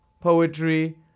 poetry